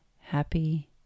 happy